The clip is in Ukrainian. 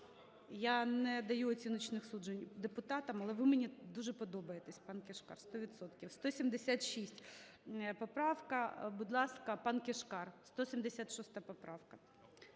Я не даю оціночних суджень депутатам, але ви мені дуже подобаєтесь, пан Кишкар, сто відсотків. 176 поправка. Будь ласка, пан Кишкар, 176 поправка.